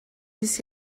نیست